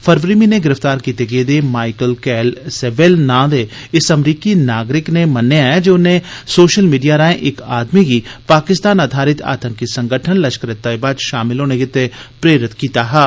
फरवरी म्हीने गिरफ्तार कीते गेदे माइकल कैयल सेबेल्ल नां दे इस अमरीकी नागरिक नै मन्नेया ऐ जे उन्ने सोशल मीड़िया राएं इक आदमी गी पाकिस्तान आधारित आतंकी संगठन लश्करे तैयबा च शामल होने गितै प्रेरित कीता हा